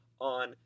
on